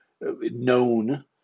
known